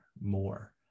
more